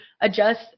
adjust